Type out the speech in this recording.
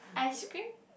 ice cream